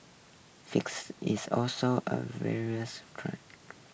fix is also a various try